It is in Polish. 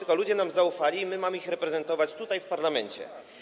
Ludzie nam zaufali i my mamy reprezentować ich w parlamencie.